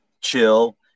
chill